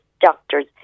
doctor's